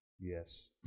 Yes